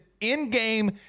in-game